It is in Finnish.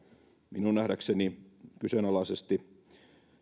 minun nähdäkseni kyseenalaisesti